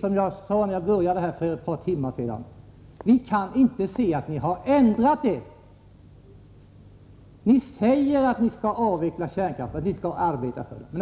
som jag sade i början av den här debatten för ett par timmar sedan, kan se att ni har ändrat er. Ni säger att ni skall avveckla kärnkraften och att ni skall arbeta för det.